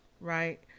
right